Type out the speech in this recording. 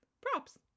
props